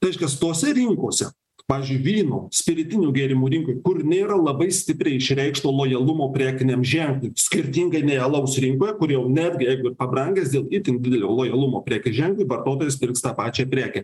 tai reiškias tose rinkose pavyzdžiui vynų spiritinių gėrimų rinkoj kur nėra labai stipriai išreikšto lojalumo prekiniam ženklui skirtingai nei alaus rinkoj kur jau netgi jeigu pabrangęs dėl itin didelio lojalumo prekių ženklui vartotojas pirks tą pačią prekę